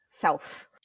self